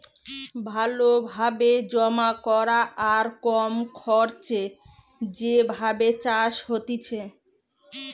ভালো ভাবে জমা করা আর কম খরচে যে ভাবে চাষ হতিছে